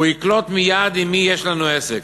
הוא יקלוט מייד עם מי יש לנו עסק.